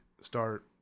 start